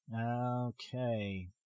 okay